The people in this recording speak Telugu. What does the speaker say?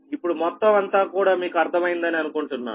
ఇప్పుడు మొత్తం అంతా కూడా మీకు అర్థం అయిందని అనుకుంటున్నాను